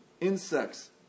insects